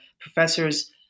professors